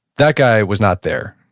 that guy was not there.